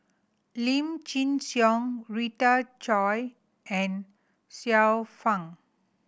Lim Chin Siong Rita Chao and Xiu Fang